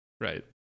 right